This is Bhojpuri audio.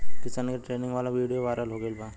किसान के ट्रेनिंग वाला विडीओ वायरल हो गईल बा